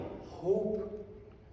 hope